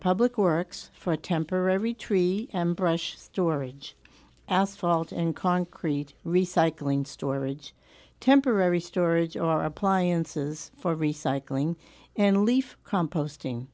public works for a temporary tree storage asphalt and concrete recycling storage temporary storage or appliances for recycling and leaf composting